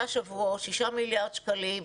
שבועות ושישה מיליארד שקלים.